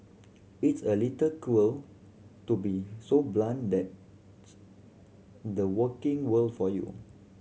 it's a little cruel to be so blunt that's the working world for you